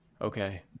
okay